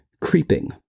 creeping